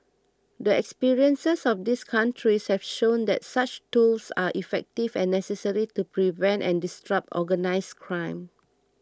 the experiences of these countries have shown that such tools are effective and necessary to prevent and disrupt organised crime